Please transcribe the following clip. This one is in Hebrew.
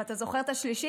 ואתה זוכר את השלישי?